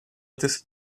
terceira